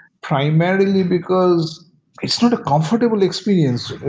primarily because it's not a comfortable experience,